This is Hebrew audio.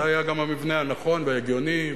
זה היה גם המבנה הנכון וההגיוני,